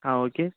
ஆ okay